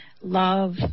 love